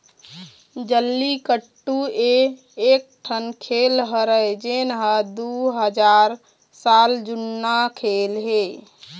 जल्लीकट्टू ए एकठन खेल हरय जेन ह दू हजार साल जुन्ना खेल हे